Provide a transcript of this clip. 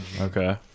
okay